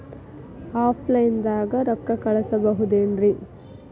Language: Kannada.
ಆಫ್ಲೈನ್ ದಾಗ ರೊಕ್ಕ ಕಳಸಬಹುದೇನ್ರಿ?